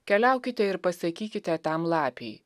keliaukite ir pasakykite tam lapei